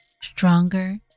stronger